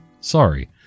Sorry